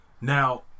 Now